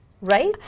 right